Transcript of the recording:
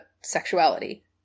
sexuality